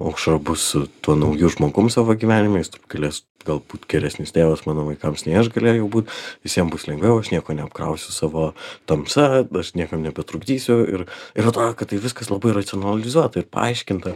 aušra bus su tuo nauju žmogumi savo gyvenime jis turbūt galės galbūt geresnis tėvas mano vaikams nei aš galėjau būt visiem bus lengviau aš nieko neapkrausiu savo tamsa aš niekam nebetrukdysiu ir ir atrodo kad tai viskas labai racionalizuota ir paaiškinta